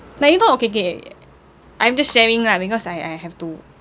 like you know okay K I'm just sharing lah because I I I have to